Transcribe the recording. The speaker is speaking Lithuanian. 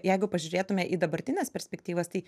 jeigu pažiūrėtume į dabartines perspektyvas tai